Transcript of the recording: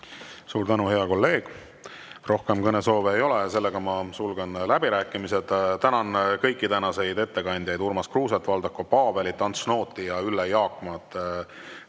Suur tänu, hea kolleeg! Rohkem kõnesoove ei ole, sulgen läbirääkimised. Tänan kõiki tänaseid ettekandjaid – Urmas Kruuset, Valdeko Paavelit, Ants Nooti ja Ülle Jaakmad